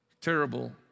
Terrible